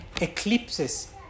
eclipses